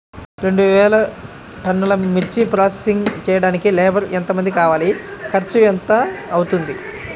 రెండు వేలు టన్నుల మిర్చి ప్రోసెసింగ్ చేయడానికి లేబర్ ఎంతమంది కావాలి, ఖర్చు ఎంత అవుతుంది?